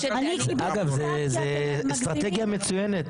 זו אסטרטגיה מצוינת,